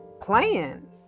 playing